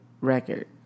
record